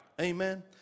Amen